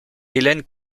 helene